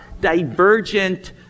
divergent